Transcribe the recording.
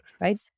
right